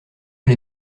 les